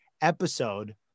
episode